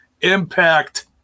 Impact